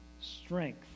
Strength